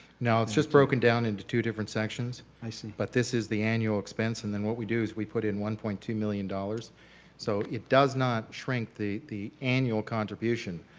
no it's just broken down into two different sections. i see. but this is the annual expense and then what we do is we put in one point two million dollars so it does not shrink the the annual contribution.